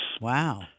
Wow